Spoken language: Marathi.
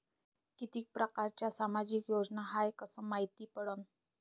कितीक परकारच्या सामाजिक योजना हाय कस मायती पडन?